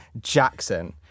Jackson